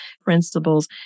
principles